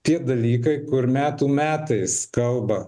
tie dalykai kur metų metais kalba